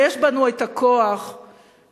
הרי יש בנו את הכוח להגן,